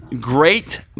great